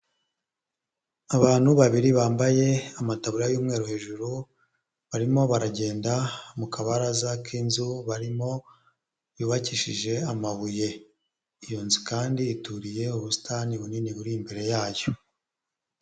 Abantu babiri bambaye amataburuya y'umweru hejuru barimo baragenda mu kabaraza k'inzu barimo yubakishije amabuye, iyo nzu kandi ituriye ubusitani bunini buri imbere yayo.